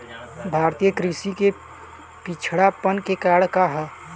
भारतीय कृषि क पिछड़ापन क कारण का ह?